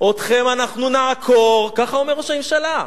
אתכם אנחנו נעקור, כך אמר ראש הממשלה.